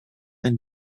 and